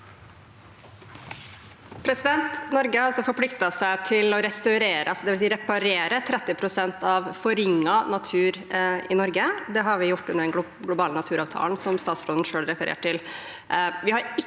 å restaurere, det vil si reparere, 30 pst. av forringet natur i Norge. Det har vi gjort under den globale naturavtalen, som statsråden selv refererte til.